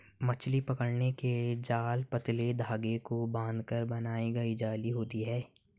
मछली पकड़ने के जाल पतले धागे को बांधकर बनाई गई जाली होती हैं